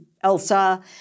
Elsa